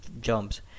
jumps